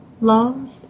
Love